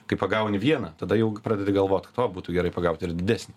kai pagauni vieną tada jau pradedi galvot kad o būtų gerai pagaut ir didesnį